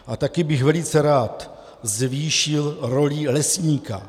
A taky bych velice rád zvýšil roli lesníka.